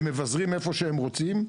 הם מבזרים איפה שהם רוצים.